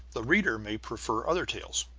the reader may prefer other tales.